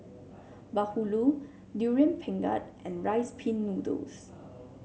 bahulu Durian Pengat and Rice Pin Noodles